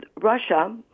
Russia